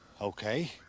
Okay